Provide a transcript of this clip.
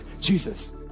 Jesus